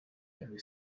dewi